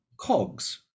COGS